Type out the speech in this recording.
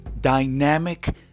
dynamic